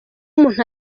umuntu